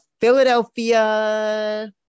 Philadelphia